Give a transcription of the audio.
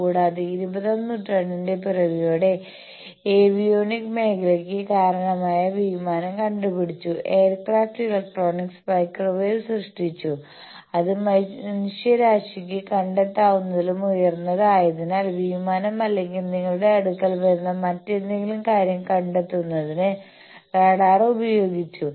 കൂടാതെ ഇരുപതാം നൂറ്റാണ്ടിന്റെ പിറവിയോടെ ഏവിയോണിക്സ് മേഖലയ്ക്ക് കാരണമായ വിമാനം കണ്ടുപിടിച്ചു എയർക്രാഫ്റ്റ് ഇലക്ട്രോണിക്സ് മൈക്രോവേവ് സൃഷ്ടിച്ചു അത് മനുഷ്യരാശിക്ക് കണ്ടെത്താവുന്നതിലും ഉയർന്നത് ആയതിനാൽ വിമാനം അല്ലെങ്കിൽ നിങ്ങളുടെ അടുക്കൽ വരുന്ന മറ്റേതെങ്കിലും കാര്യം കണ്ടെതുന്നതിന് റഡാർ ഉപയോഗിച്ചു